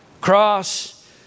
cross